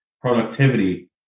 productivity